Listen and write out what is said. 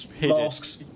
masks